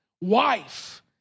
wife